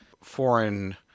foreign